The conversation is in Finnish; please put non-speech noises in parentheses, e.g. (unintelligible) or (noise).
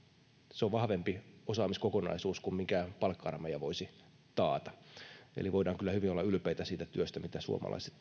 se on vahvempi osaamiskokonaisuus kuin mitä mikään palkka armeija voisi taata eli voidaan kyllä hyvin olla ylpeitä siitä työstä mitä suomalaiset (unintelligible)